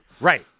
Right